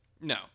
No